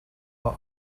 are